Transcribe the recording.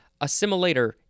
Assimilator